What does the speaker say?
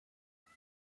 well